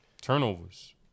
Turnovers